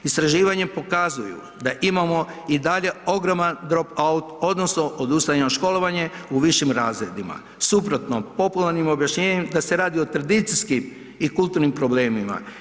Istraživanje pokazuju da imamo i dalje ogroman broj odnosno odustajanje od školovanje u višim razredima suprotno popularnim objašnjenjem da se radi o tradicijskim i kulturnim problemima.